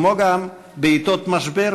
כמו גם בעתות משבר,